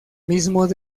mismos